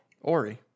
Ori